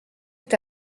est